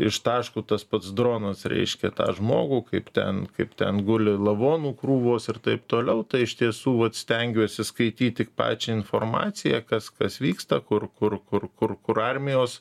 ištaško tas pats dronas reiškia tą žmogų kaip ten kaip ten guli lavonų krūvos ir taip toliau tai iš tiesų vat stengiuosi skaityt tik pačią informaciją kas kas vyksta kur kur kur kur kur armijos